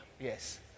Yes